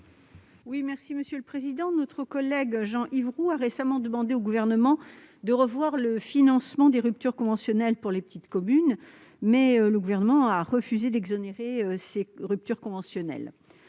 est à Mme Laurence Cohen. Notre collègue Jean-Yves Roux a récemment demandé au Gouvernement de revoir le financement des ruptures conventionnelles pour les petites communes, mais le Gouvernement a refusé d'exonérer ces dernières.